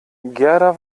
gerda